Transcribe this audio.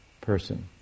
person